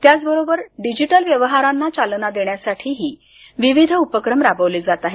त्याचबरोबर डिजिटल व्यवहारांना चालना देण्यासाठीही विविध उपक्रम राबवले जात आहेत